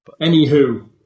Anywho